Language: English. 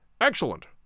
Excellent